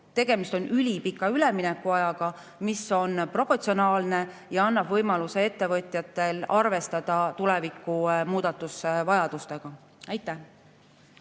Tegemist on ülipika üleminekuajaga, mis on proportsionaalne ja annab võimaluse ettevõtjatel arvestada tuleviku muudatusvajadustega. Suur